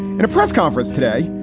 in a press conference today,